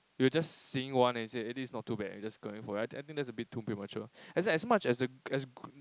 you were just seeing one and you say eh this is not too bad and you're just going for it I think that's a bit too premature as much as as good